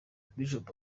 bishop